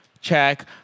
Check